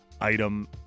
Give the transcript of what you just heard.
item